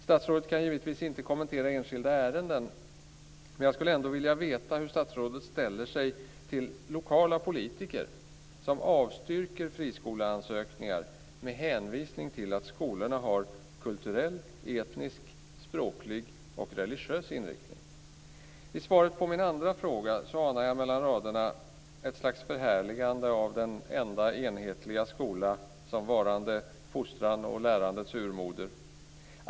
Statsrådet kan givetvis inte kommentera enskilda ärenden, men jag skulle ändå vilja veta hur statsrådet ställer sig till lokala politiker som avstyrker friskoleansökningar med hänvisning till att skolorna har kulturell, etnisk, språklig och religiös inriktning. I svaret på min andra fråga anar jag mellan raderna ett slags förhärligande av en enda enhetlig skola som varande fostrans och lärandets urmoder.